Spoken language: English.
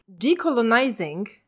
decolonizing